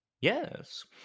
yes